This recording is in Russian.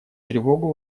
тревогу